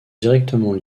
directement